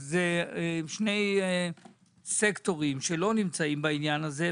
שני סקטורים שלא נמצאים בעניין הזה,